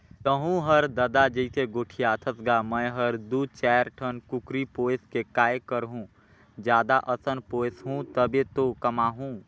तहूँ हर ददा जइसे गोठियाथस गा मैं हर दू चायर ठन कुकरी पोयस के काय करहूँ जादा असन पोयसहूं तभे तो कमाहूं